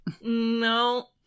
No